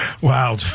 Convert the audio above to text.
Wow